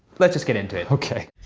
let's just get into it. okay.